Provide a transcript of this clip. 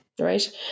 Right